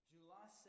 July